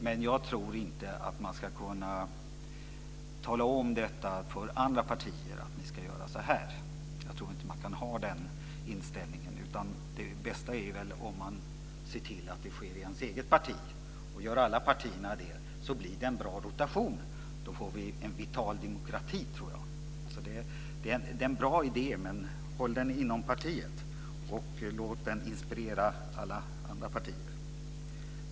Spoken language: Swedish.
Men jag tror inte att man kan tala om för andra partier att de ska göra så här. Jag tror inte att man kan ha den inställningen. Det bästa är väl om man ser till att det sker i ens eget parti. Gör alla partierna det blir det en bra rotation. Då tror jag att vi får en vital demokrati. Det är en bra idé, men håll den inom partiet och låt den inspirera alla andra partier!